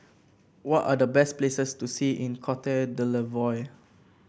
what are the best places to see in Cote d'Ivoire